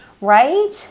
right